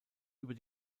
über